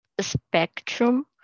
spectrum